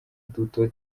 duto